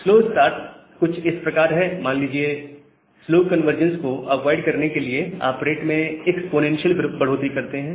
slow start कुछ इस प्रकार है मान लीजिए स्लो कन्वर्जंस को अवॉइड करने के लिए आप रेट में एक्स्पोनेंशियल बढ़ोतरी करते हैं